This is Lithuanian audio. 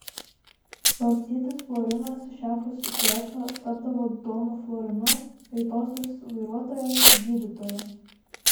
valstietis florinas šiapus sueco tapdavo donu florinu greitosios vairuotojas gydytoju